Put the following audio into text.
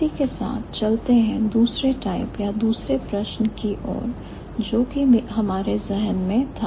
इसी के साथ चलते हैं दूसरे टाइप या दूसरे प्रश्न की और जो कि हमारे जहन में था